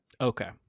Okay